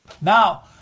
Now